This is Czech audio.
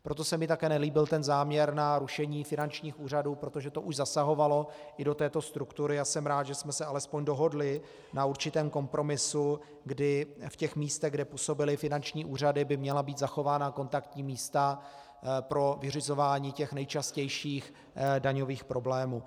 Proto se mi také nelíbil ten záměr na rušení finančních úřadů, protože to už zasahovalo i do této struktury, a jsem rád, že jsme se alespoň dohodli na určitém kompromisu, kdy v těch místech, kde působily finanční úřady, by měla být zachována kontaktní místa pro vyřizování těch nejčastějších daňových problémů.